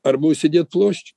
arba užsidėt ploščių